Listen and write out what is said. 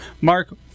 Mark